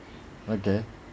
okay